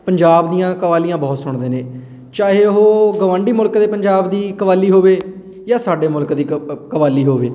ਪੰਜਾਬ ਦੀਆਂ ਕਵਾਲੀਆਂ ਬਹੁਤ ਸੁਣਦੇ ਨੇ ਚਾਹੇ ਉਹ ਗਵਾਂਢੀ ਮੁਲਕ ਦੇ ਪੰਜਾਬ ਦੀ ਕਵਾਲੀ ਹੋਵੇ ਜਾਂ ਸਾਡੇ ਮੁਲਕ ਦੀ ਕ ਕਵਾਲੀ ਹੋਵੇ